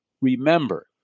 remember